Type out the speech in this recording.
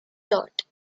taut